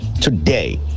Today